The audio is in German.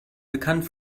bekannt